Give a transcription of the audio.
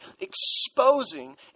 exposing